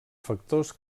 factors